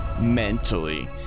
mentally